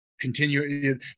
continue